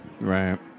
Right